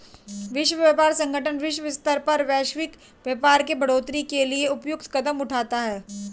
विश्व व्यापार संगठन विश्व स्तर पर वैश्विक व्यापार के बढ़ोतरी के लिए उपयुक्त कदम उठाता है